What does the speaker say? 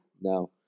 No